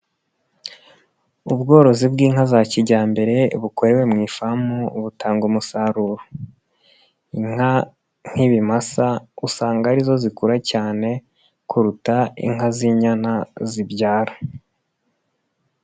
Ubworozi bw'inka za kijyambere bukorewe mu ifamu butanga umusaruro. Inka nk'ibimasa usanga ari zo zikura cyane, kuruta inka z'inyana zibyara.